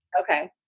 Okay